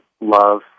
love